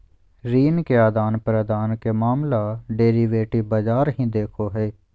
ऋण के आदान प्रदान के मामला डेरिवेटिव बाजार ही देखो हय